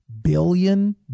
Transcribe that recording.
billion